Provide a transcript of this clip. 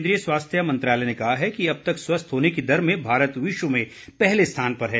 केन्द्रीय स्वास्थ्य मंत्रालय ने कहा है कि अब तक स्वस्थ होने की दर में भारत विश्व में पहले स्थान पर है